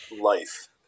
life